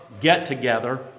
get-together